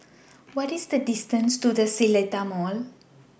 What IS The distance to The Seletar Mall